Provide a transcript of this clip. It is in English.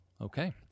Okay